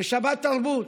בשבת תרבות.